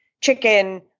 chicken